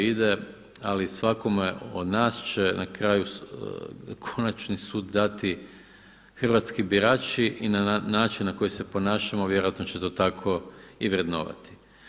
Ali svakome od nas će na kraju konačni sud dati hrvatski birači i način na koji se ponašamo vjerojatno će to tako i vrednovati.